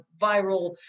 viral